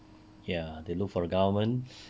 ya they look for the government